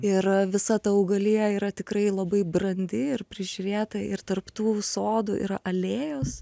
ir visa ta augalija yra tikrai labai brandi ir prižiūrėta ir tarp tų sodų yra alėjos